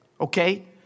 Okay